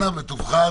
אנא בטובך,